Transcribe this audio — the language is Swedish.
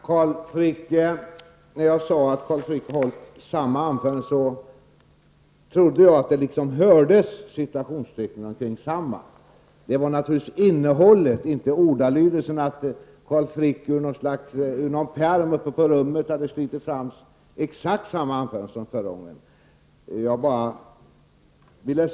Herr talman! När jag sade att Carl Frick höll samma anförande som tidigare, trodde jag att citationstecknen kring samma liksom hördes. Det var naturligtvis innehållet i anförandet jag menade och inte ordalydelsen. Jag menade inte att Carl Frick ur någon pärm uppe på rummet skulle ha slitit fram exakt samma anförande som han höll förra gången.